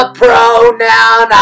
pronoun